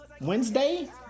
wednesday